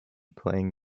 playing